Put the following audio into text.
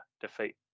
defeat